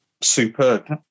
superb